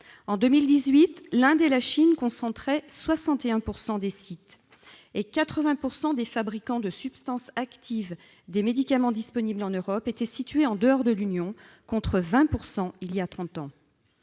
En 2018, l'Inde et la Chine concentraient 61 % des sites et 80 % des fabricants de substances actives des médicaments disponibles en Europe étaient situés en dehors de l'Union européenne, contre 20 % voilà trente ans.